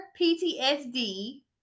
PTSD